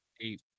eight